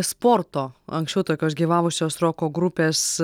sporto anksčiau tokios gyvavusios roko grupės